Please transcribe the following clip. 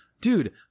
dude